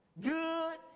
Good